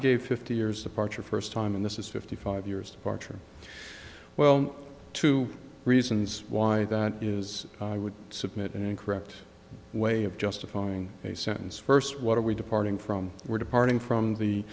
gave fifty years apart your first time in this is fifty five years are true well two reasons why that is i would submit an incorrect way of justifying a sentence first what are we departing from we're departing from the